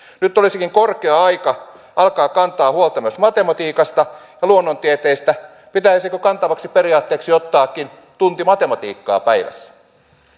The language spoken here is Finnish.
nyt olisikin korkea aika alkaa kantaa huolta myös matematiikasta ja luonnontieteistä pitäisikö kantavaksi periaatteeksi ottaakin tunti matematiikkaa päivässä